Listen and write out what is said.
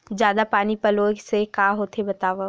जादा पानी पलोय से का होथे बतावव?